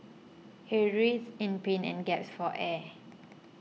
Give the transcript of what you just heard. he writhed in pain and gasped for air